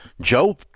Joe